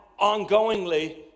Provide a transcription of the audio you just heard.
ongoingly